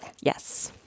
yes